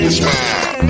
smile